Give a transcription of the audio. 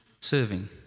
serving